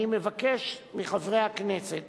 אני מבקש מחברי הכנסת